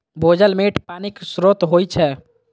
भूजल मीठ पानिक स्रोत होइ छै